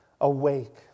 awake